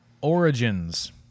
Origins